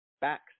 backs